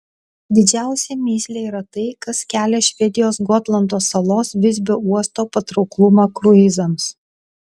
didžiausia mįslė yra tai kas kelia švedijos gotlando salos visbio uosto patrauklumą kruizams